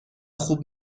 خوب